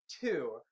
two